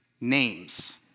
names